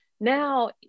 now